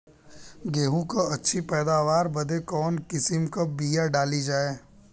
गेहूँ क अच्छी पैदावार बदे कवन किसीम क बिया डाली जाये?